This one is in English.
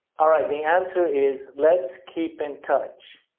alright, the answer is, let's keep in touch.